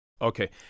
Okay